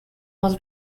was